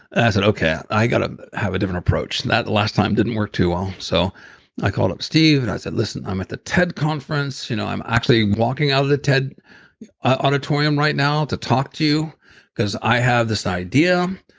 i said, okay, i got to have a different approach. that last time didn't work too well. um so i called up steve and i said, listen, i'm at the ted conference. you know i'm actually walking out of the ted auditorium right now to talk to you because i have this idea.